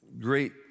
great